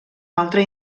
altre